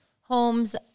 homes